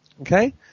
Okay